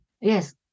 Yes